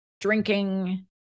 drinking